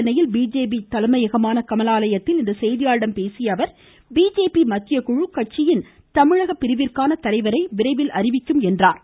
சென்னையில் பிஜேபி தலைமையகமான கமலாலயத்தில் இன்று செய்தியாளர்களிடம் பேசிய அவர் பிஜேபி மத்தியக்குழு கட்சியின் கமிழக பிரிவிற்கான தலைவரை விரைவில் அறிவிக்கும் என்றார்